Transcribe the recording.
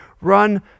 run